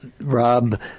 Rob